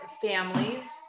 families